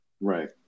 Right